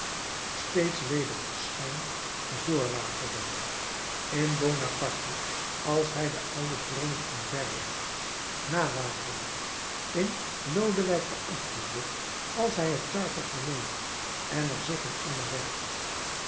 steeds weder verschijnt vr waterloo in bonaparte als hij de oude tronen omverwerpt na waterloo in lodewijk xviii als hij het charter verleent en er zich aan onderwerpt